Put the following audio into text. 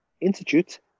Institute